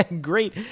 Great